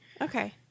okay